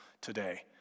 today